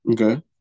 Okay